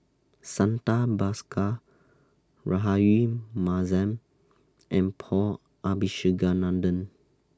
Santha Bhaskar Rahayu Mahzam and Paul Abisheganaden